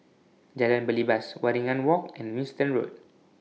Jalan Belibas Waringin Walk and Winstedt Road